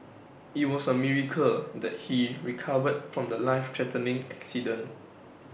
IT was A miracle that he recovered from The Life threatening accident